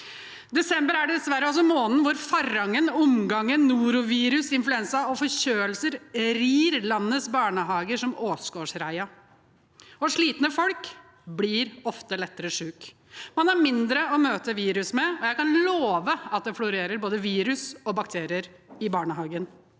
Desember er dessverre også måneden hvor farangen, omgangen, norovirus, influensa og forkjølelser rir landets barnehager som åsgårdsreia. Slitne folk blir ofte lettere syke. Man har mindre å møte virus med, og jeg kan love at det florerer med både virus og bakterier i barnehagen.